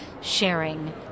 sharing